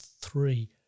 three